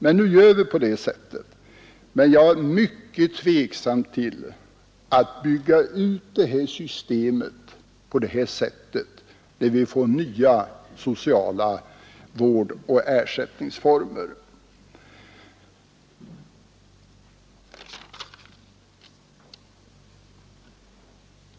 Men jag ställer mig mycket tveksam till att bygga ut systemet på det här sättet, när vi nu får nya sociala vårdoch ersättningsformer.